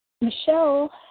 Michelle